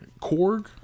Korg